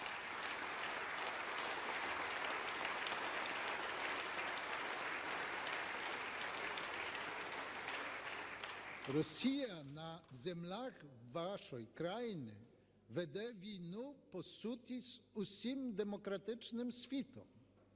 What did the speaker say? Росія на землях вашої країни веде війну по суті з усім демократичним світом.